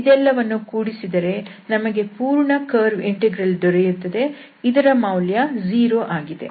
ಇವೆಲ್ಲವನ್ನೂ ಕೂಡಿಸಿದರೆ ನಮಗೆ ಪೂರ್ಣ ಕರ್ವ್ ಇಂಟೆಗ್ರಲ್ ದೊರೆಯುತ್ತದೆ ಇದರ ಮೌಲ್ಯ 0 ಆಗಿದೆ